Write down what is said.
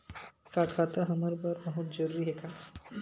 का खाता हमर बर बहुत जरूरी हे का?